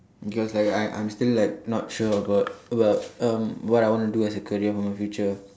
he was like I I'm still like not sure about about um what I want to do as a career for my future